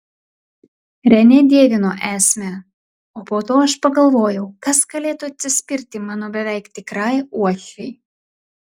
renė dievino esmę o po to aš pagalvojau kas galėtų atsispirti mano beveik tikrai uošvei